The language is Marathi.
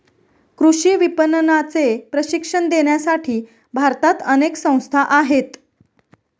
कृषी विपणनाचे प्रशिक्षण देण्यासाठी भारतात अनेक संस्था आहेत